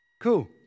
Cool